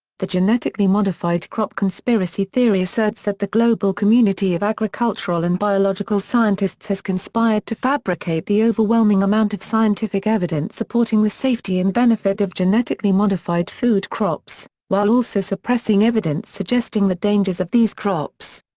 the genetically modified crop conspiracy theory asserts that the global community of agricultural and biological scientists has conspired to fabricate the overwhelming amount of scientific evidence supporting the safety and benefit of genetically modified food crops, while also suppressing evidence suggesting the dangers of these crops.